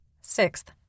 Sixth